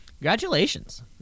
Congratulations